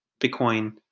Bitcoin